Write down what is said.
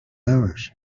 hours